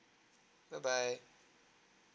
bye bye